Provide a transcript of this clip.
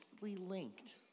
linked